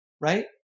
right